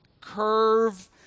curve